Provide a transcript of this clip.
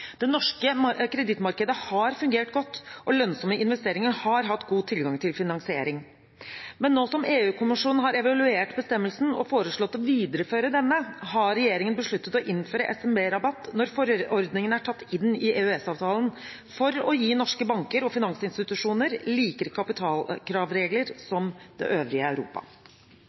Det norske kredittmarkedet har fungert godt, og lønnsomme investeringer har hatt god tilgang til finansiering. Men nå som EU-kommisjonen har evaluert bestemmelsen og foreslått å videreføre denne, har regjeringen besluttet å innføre SMB-rabatt når forordningen er tatt inn i EØS-avtalen, for å gi norske banker og finansinstitusjoner kapitalkravregler som er mer lik det øvrige Europa.